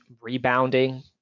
rebounding